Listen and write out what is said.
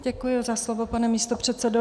Děkuji za slovo, pane místopředsedo.